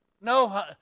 No